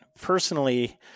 personally